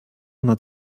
nad